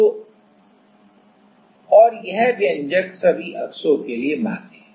तो और यह व्यंजक सभी अक्षों के लिए मान्य है